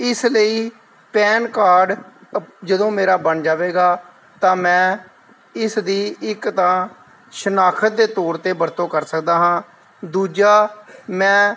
ਇਸ ਲਈ PAN card ਜਦੋਂ ਮੇਰਾ ਬਣ ਜਾਵੇਗਾ ਤਾਂ ਮੈਂ ਇਸਦੀ ਇੱਕ ਤਾਂ ਸ਼ਨਾਖਤ ਦੇ ਤੌਰ ਤੇ ਵਰਤੋਂ ਕਰ ਸਕਦਾ ਹਾਂ ਦੂਜਾ ਮੈਂ